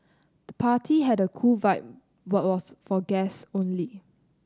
the party had a cool vibe but was for guest only